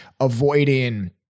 avoiding